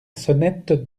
sonnette